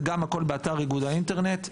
הכול נמצא באתר איגוד האינטרנט,